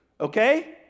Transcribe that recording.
Okay